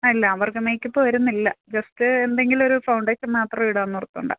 ആ ഇല്ല അവർക്ക് മേക്കപ്പ് വരുന്നില്ല ജസ്റ്റ് എന്തെങ്കിലുമൊരു ഫൗണ്ടേഷൻ മാത്രം ഇടാമെന്ന് ഓർത്തു കൊണ്ടാണ്